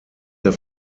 der